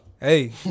Hey